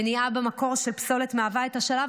מניעה במקור של פסולת מהווה את השלב